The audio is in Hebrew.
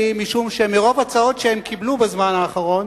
משום שמרוב הצעות שהם קיבלו בזמן האחרון